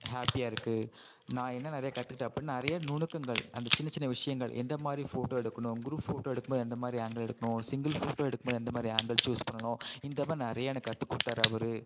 ஹாப்பியாக இருக்கு நான் என்ன நிறையா கற்றுக்கிட்டேன் அப்படின்னா நிறையா நுணுக்கங்கள் அந்த சின்ன சின்ன விஷயங்கள் எந்த மாதிரி ஃபோட்டோ எடுக்கணும் குரூப் ஃபோட்டோ எடுக்கும்போது எந்த மாதிரி ஆங்கிள் எடுக்கணும் சிங்கிள் ஃபோட்டோ எடுக்கும் போது எந்த மாதிரி ஆங்கிள் சூஸ் பண்ணணும் இந்த மாதிரி நிறைய எனக்கு கற்றுக் கொடுத்தாரு அவர்